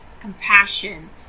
compassion